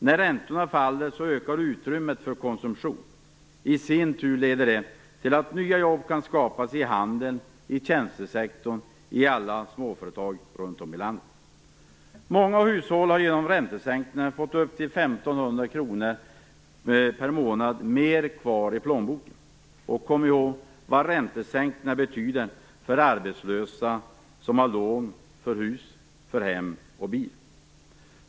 När räntorna faller ökar utrymmet för konsumtion. Det leder i sin tur till att nya jobb kan skapas i handeln, i tjänstesektorn, i alla småföretag runt om i landet. Många hushåll har genom räntesänkningar fått upp till 1 500 kr mer kvar i plånboken per månad. Och kom ihåg vad räntesänkningar betyder för arbetslösa som har lån för hus, hem och bil!